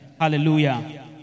Hallelujah